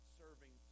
serving